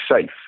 safe